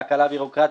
להקלה ביורוקרטית,